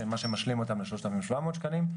מה שמשלים אותם ל-3,700 שקלים,